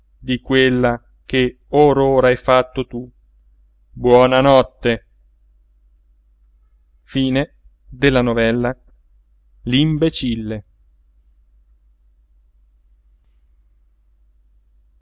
di quella che or ora hai fatto tu buona notte sua